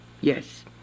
Yes